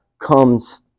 comes